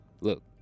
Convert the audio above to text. Look